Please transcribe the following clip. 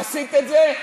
עשית את זה?